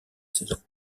saison